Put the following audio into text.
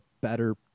better